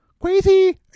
crazy